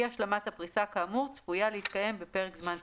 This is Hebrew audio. השלמת הפריסה כאמור צפויה להתקיים בפרק זמן סביר.